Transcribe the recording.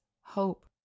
hope